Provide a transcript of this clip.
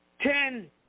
Ten